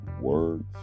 Words